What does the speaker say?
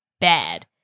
bad